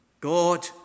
God